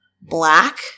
Black